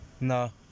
No